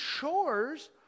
chores